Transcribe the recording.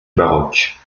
baroque